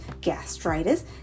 gastritis